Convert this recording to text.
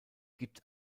gibt